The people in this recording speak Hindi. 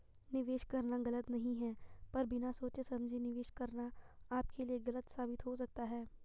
निवेश करना गलत नहीं है पर बिना सोचे समझे निवेश करना आपके लिए गलत साबित हो सकता है